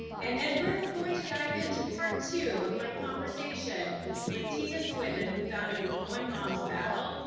and then we're going to dive into part two of my conversation with tina swithin, who founded one mom's battle,